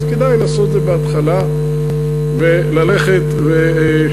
אז כדאי לעשות את זה בהתחלה וללכת ולהתקדם.